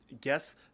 guess